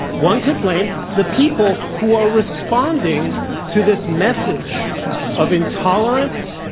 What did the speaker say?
one could blame the people who are responding to this message of intolerance,